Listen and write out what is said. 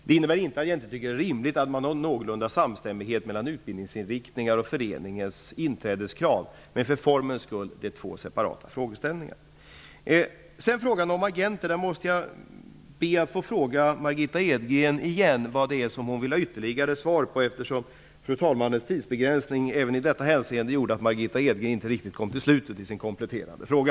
Det innebär inte att jag inte tycker att det är rimligt att man har någorlunda samstämmighet mellan utbildningsinriktningar och föreningars inträdeskrav, men för formens skull vill jag påpeka att det är två separata frågeställningar. Jag måste i fråga om agenterna på nytt be att få fråga Margitta Edgren vad det är som hon vill ha ytterligare svar på, eftersom fru talmannens tidsbegränsning även i detta hänseende gjorde att Margitta Edgren inte riktigt hann till slutet i sin kompletterande fråga.